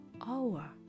hour